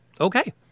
Okay